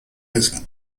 his